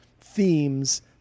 themes